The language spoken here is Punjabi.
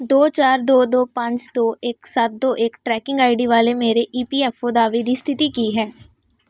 ਦੋ ਚਾਰ ਦੋ ਦੋ ਪੰਜ ਦੋ ਇੱਕ ਸੱਤ ਦੋ ਇੱਕ ਟਰੈਕਿੰਗ ਆਈ ਡੀ ਵਾਲੇ ਮੇਰੇ ਈ ਪੀ ਐੱਫ ਓ ਦਾਅਵੇ ਦੀ ਸਥਿਤੀ ਕੀ ਹੈ